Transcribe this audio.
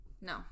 no